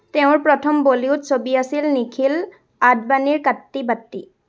তেওঁৰ প্ৰথম বলীউড ছবি আছিল নিখিল আদৱানীৰ কাট্টী বাট্টী